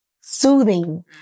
soothing